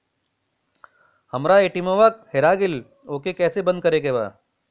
हमरा ए.टी.एम वा हेरा गइल ओ के के कैसे बंद करे के बा?